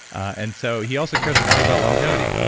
and so he also cares a lot about longevity.